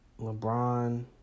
LeBron